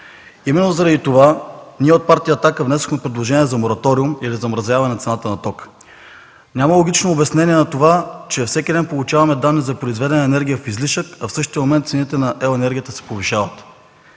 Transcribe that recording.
Именно заради това ние от Партия „Атака” внесохме предложение за мораториум и за замразяване цената на тока. Няма логично обяснение на това, че всеки ден получаваме данни за произведена енергия в излишък, а в същия момент цените на електроенергията се повишават.